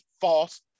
false